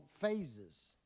phases